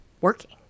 working